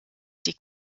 die